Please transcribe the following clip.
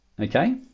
Okay